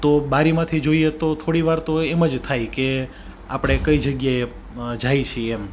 તો બારીમાંથી જોઈએ તો થોડી વાર તો એમ જ થાય કે આપણે કઈ જગ્યાએ જઈએ છીએ એમ